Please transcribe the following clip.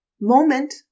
moment